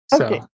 Okay